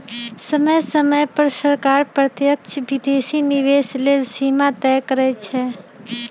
समय समय पर सरकार प्रत्यक्ष विदेशी निवेश लेल सीमा तय करइ छै